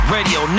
Radio